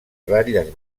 ratlles